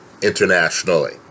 internationally